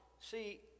See